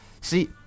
See